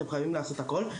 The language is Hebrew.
אתם חייבים לעשות הכול,